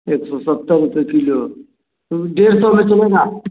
एक सौ सत्तर रुपये किलो डेढ़ सौ में चलेगा